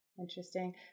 Interesting